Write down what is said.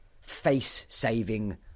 face-saving